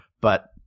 But-